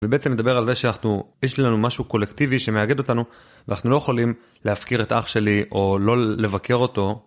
ובעצם נדבר על זה שיש לנו משהו קולקטיבי שמאגד אותנו ואנחנו לא יכולים להפקיר את אח שלי או לא לבקר אותו.